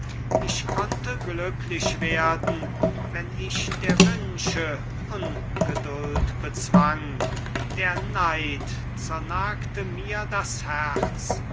ich konnte glücklich werden wenn ich der wünsche ungeduld bezwang der neid zernagte mir das herz